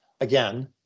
again